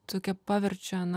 tokie paverčia na